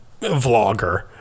vlogger